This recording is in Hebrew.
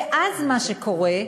ואז מה שקורה,